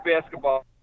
basketball